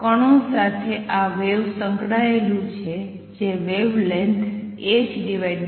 કણો સાથે આ વેવ સંકળાયેલું છે જે વેવલેન્થ hmv ધરાવે છે